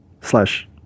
slash